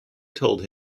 told